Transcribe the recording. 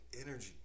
energy